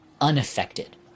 unaffected